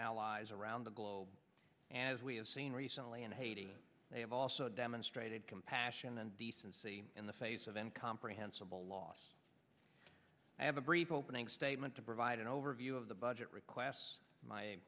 allies around the globe as we have seen recently in haiti they have also demonstrated compassion and decency in the face of uncomprehensible loss i have a brief opening statement to provide an overview of the budget requests my